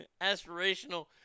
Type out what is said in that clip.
aspirational